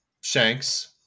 shanks